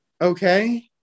Okay